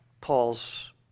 Paul's